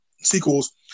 sequels